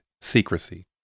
secrecy